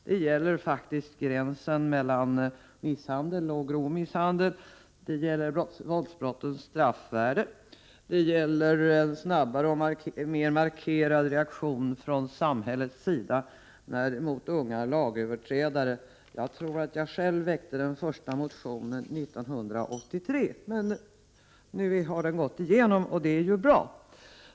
Det gäller faktiskt gränsen mellan misshandel och grov misshandel, våldsbrottens straffvärde samt en snabbare och mer markerad reaktion från samhällets sida mot unga lagöverträdare. Jag tror att jag själv väckte den första motionen 1983. Nu har den gått igenom, och det är ju bra.